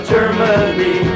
Germany